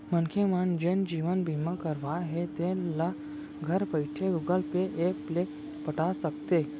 मनखे मन जेन जीवन बीमा करवाए हें तेल ल घर बइठे गुगल पे ऐप ले पटा सकथे